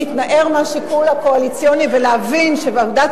להתנער מהשיקול הקואליציוני ולהבין שוועדת